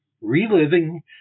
Reliving